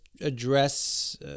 address